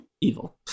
evil